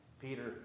Peter